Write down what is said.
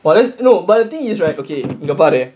but then no but the thing is right இங்க பாரு:inga paaru